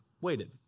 waited